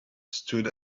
stood